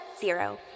zero